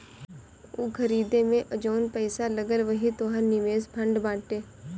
ऊ खरीदे मे जउन पैसा लगल वही तोहर निवेश फ़ंड बाटे